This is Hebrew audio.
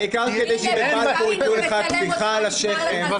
העיקר כדי שבבלפור יתנו לך טפיחה על השכם.